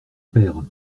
père